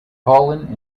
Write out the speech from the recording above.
fallen